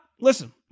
Listen